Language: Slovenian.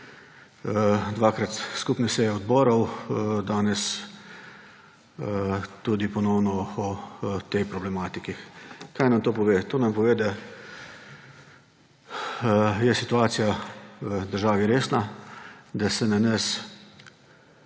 Dvakrat skupne seje odborov, danes tudi ponovno o tej problematiki. Kaj nam to pove? To nam pove, da je situacija v državi resna, da se na